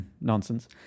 nonsense